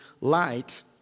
light